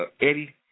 Eddie